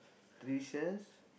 three shells